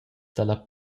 dalla